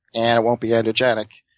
and it won't be androgenic.